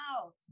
out